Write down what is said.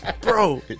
bro